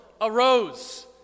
arose